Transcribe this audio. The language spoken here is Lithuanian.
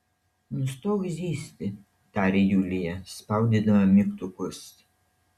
nustok zyzti tarė julija spaudydama mygtukus